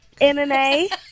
MMA